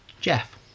Jeff